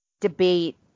debate